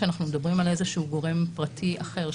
כשאנחנו מדברים על איזשהו גורם פרטי אחר,